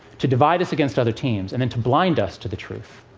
to divide us against other teams and then to blind us to the truth.